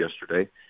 yesterday